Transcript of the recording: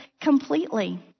completely